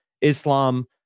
Islam